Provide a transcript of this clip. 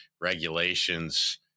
regulations